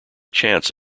chance